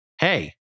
Hey